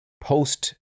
post